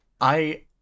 I-